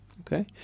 Okay